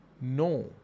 No